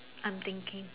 I am thinking